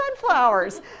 sunflowers